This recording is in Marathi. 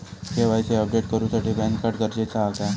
के.वाय.सी अपडेट करूसाठी पॅनकार्ड गरजेचा हा काय?